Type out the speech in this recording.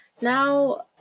now